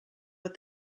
with